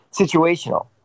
situational